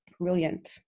brilliant